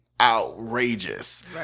outrageous